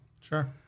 Sure